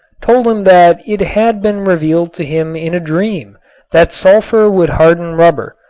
told him that it had been revealed to him in a dream that sulfur would harden rubber,